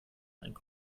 ein